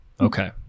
Okay